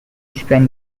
spent